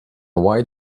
white